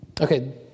okay